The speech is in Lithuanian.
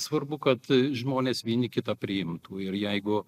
svarbu kad žmonės vieni kitą priimtų ir jeigu